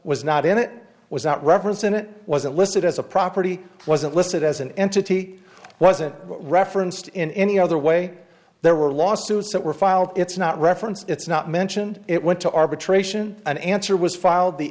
was not and it was not referenced in it wasn't listed as a property wasn't listed as an entity wasn't referenced in any other way there were lawsuits that were filed it's not referenced it's not mentioned it went to arbitration an answer was filed the